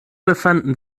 befanden